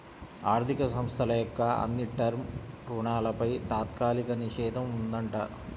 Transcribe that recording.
ఆర్ధిక సంస్థల యొక్క అన్ని టర్మ్ రుణాలపై తాత్కాలిక నిషేధం ఉందంట